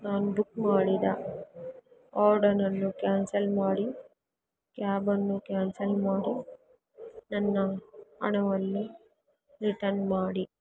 ನಾನು ಬುಕ್ ಮಾಡಿದ ಆರ್ಡರನ್ನು ಕ್ಯಾನ್ಸಲ್ ಮಾಡಿ ಕ್ಯಾಬನ್ನು ಕ್ಯಾನ್ಸಲ್ ಮಾಡಿ ನನ್ನ ಹಣವನ್ನು ರಿಟರ್ನ್ ಮಾಡಿ